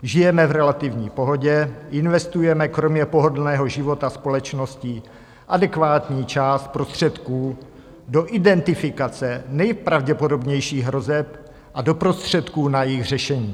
Žijeme v relativní pohodě, investujeme kromě pohodlného života společnosti adekvátní část prostředků do identifikace nejpravděpodobnějších hrozeb a do prostředků na jejich řešení.